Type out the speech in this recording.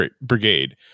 Brigade